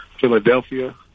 Philadelphia